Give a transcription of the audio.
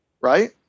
right